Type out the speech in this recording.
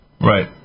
Right